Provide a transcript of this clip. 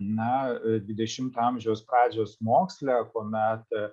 na dvidešimto amžiaus pradžios moksle